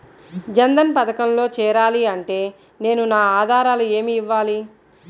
జన్ధన్ పథకంలో చేరాలి అంటే నేను నా ఆధారాలు ఏమి ఇవ్వాలి?